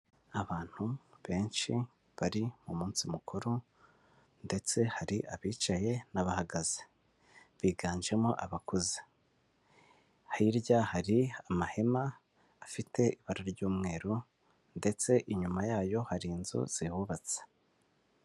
Abantu benshi bari mu munsi mukuru ndetse hari abicaye n'abahagaze biganjemo abakuze, hirya hari amahema afite ibara ry'umweru ndetse inyuma yayo hari inzu zihubatse.